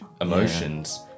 emotions